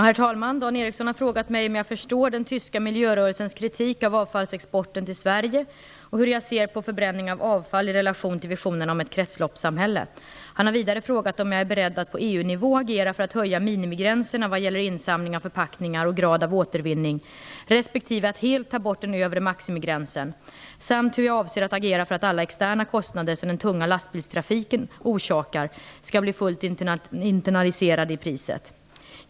Herr talman! Dan Ericsson har frågat mig om jag förstår den tyska miljörörelsens kritik av avfallsexporten till Sverige och hur jag ser på förbränning av avfall i relation till visionerna om ett kretsloppssamhälle. Han har vidare frågat mig om jag är beredd att på EU-nivå agera för att höja minimigränserna vad gäller insamling av förpackningar och grad av återvinning respektive att helt ta bort den övre maximigränsen samt hur jag avser att agera för att alla externa kostnader som den tunga lastbilstrafiken orsakar skall bli fullt internaliserade i priset.